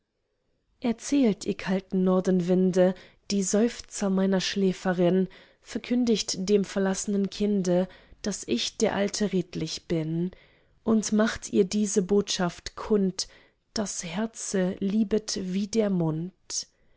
erzählt ihr kalten nordenwinde die seufzer meiner schäferin verkündigt dem verlass'nen kinde daß ich der alte redlich bin und macht ihr diese botschaft kund das herze liebet wie der mund